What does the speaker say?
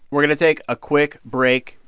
we're going to take a quick break,